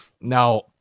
Now